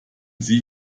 sie